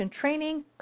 training